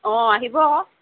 অঁ আহিব আকৌ